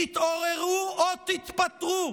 תתעוררו או תתפטרו.